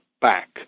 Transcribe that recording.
back